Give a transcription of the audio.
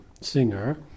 singer